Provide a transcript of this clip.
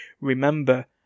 remember